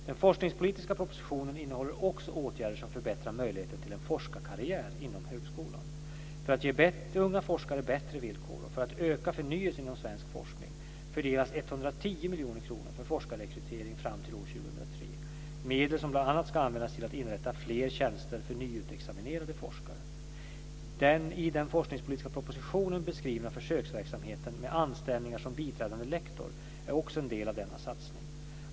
Den forskningspolitiska propositionen innehåller också åtgärder som förbättrar möjligheterna till en forskarkarriär inom högskolan. För att ge unga forskare bättre villkor och för att öka förnyelsen inom svensk forskning fördelas 110 miljoner kronor för forskarrekrytering fram t.o.m. år 2003, medel som bl.a. ska användas till att inrätta fler tjänster för nyutexaminerade forskare. Den i den forskningspolitiska propositionen beskrivna försöksverksamheten med anställningar som biträdande lektor är också en del av denna satsning.